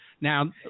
Now